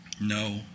No